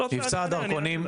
תקשיב,